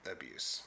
Abuse